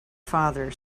father